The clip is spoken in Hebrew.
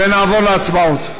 ונעבור להצבעות.